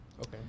Okay